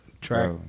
track